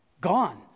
gone